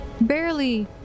barely